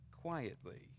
quietly